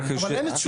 אבל אין תשובה.